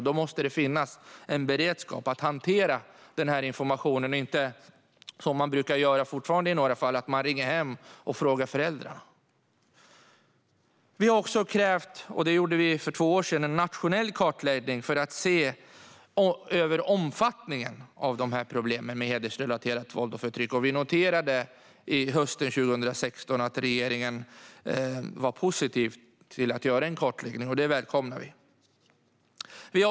Då måste det finnas en beredskap att hantera informationen, så att man - som man fortfarande brukar göra i några fall - inte ringer hem och frågar föräldrarna. För två år sedan krävde vi en nationell kartläggning för att se över omfattningen av problemen med hedersrelaterat våld och förtryck. Hösten 2016 noterade vi att regeringen var positiv till att göra en kartläggning, och det välkomnar vi.